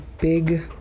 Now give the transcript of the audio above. big